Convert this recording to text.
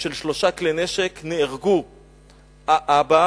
של שלושה כלי-נשק נהרגו האבא,